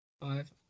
Five